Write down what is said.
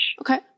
Okay